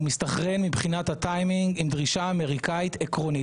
הוא מסתנכרן מבחינת הטיימינג עם דרישה אמריקנית עקרונית.